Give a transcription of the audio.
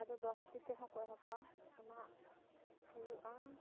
ᱚᱠᱟᱫᱚ ᱫᱚᱥᱴᱤ ᱛᱮᱦᱚᱸᱠᱚ ᱮᱦᱚᱵᱟ ᱚᱱᱟ ᱦᱩᱭᱩᱜᱼᱟ